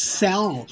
sell